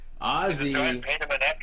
Ozzy